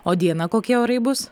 o dieną kokie orai bus